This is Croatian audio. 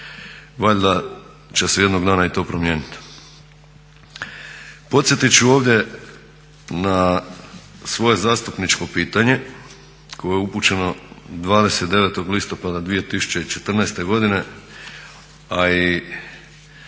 valjda će se jednog dana i to promijenit. Podsjetit ću ovdje na svoje zastupničko pitanje koje je upućeno 29. listopada 2014. godine, a i